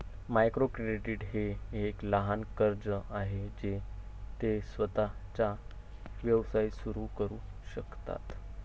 micro credit हे एक लहान कर्ज आहे जे ते स्वतःचा व्यवसाय सुरू करू शकतात